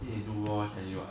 think he do more than you